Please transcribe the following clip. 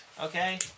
okay